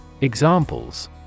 Examples